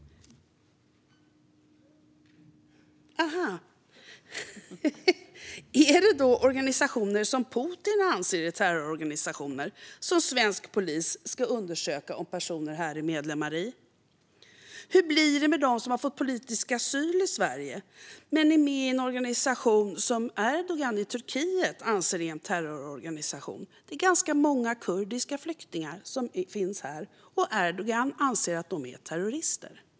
Är det då organisationer som Putin anser är terrororganisationer som svensk polis ska undersöka om personer här är medlemmar i? Hur blir det med dem som har fått politisk asyl i Sverige och är med i en organisation som Erdogan i Turkiet anser är en terrororganisation? Det är ganska många kurdiska flyktingar som finns här som Erdogan anser är terrorister.